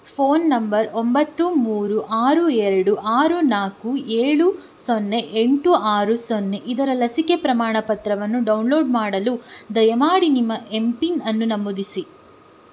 phone number ಒಂಬತ್ತು ಮೂರು ಆರು ಎರಡು ಆರು ನಾಲ್ಕು ಏಳು ಸೊನ್ನೆ ಎಂಟು ಆರು ಸೊನ್ನೆ ಇದರ ಲಸಿಕೆ ಪ್ರಮಾಣಪತ್ರವನ್ನು ಡೌನ್ಲೋಡ್ ಮಾಡಲು ದಯಮಾಡಿ ನಿಮ್ಮ ಎಂ ಪಿನ್ ಅನ್ನು ನಮೂದಿಸಿ